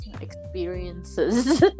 experiences